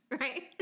right